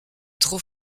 trop